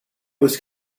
was